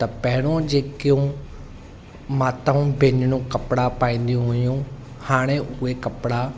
त पहिरों जेके उहो माताऊं भेनरूं कपिड़ा पाईंदियूं हुयूं हाणे उहे कपिड़ा